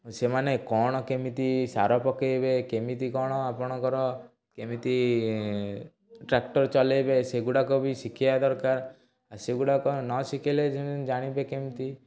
ସେମାନେ କ'ଣ କେମିତି ସାର ପକେଇବେ କେମିତି କ'ଣ ଆପଣଙ୍କର କେମିତି ଟ୍ରାକ୍ଟର ଚଲେଇବେ ସେଗୁଡ଼ାକ ବି ଶିଖେଇବା ଦରକାର ସେଗୁଡ଼ାକ ନ ଶିଖେଇଲେ ଜାଣିବେ କେମିତି